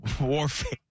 Warfare